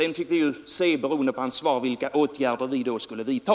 Sedan fick vi ju se, beroende på hans svar, vilka åtgärder vi då skulle vidta.